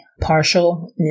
partial